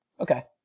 Okay